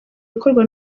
ikorwa